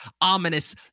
ominous